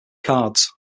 cards